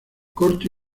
corto